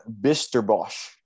Bisterbosch